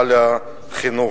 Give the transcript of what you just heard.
על החינוך.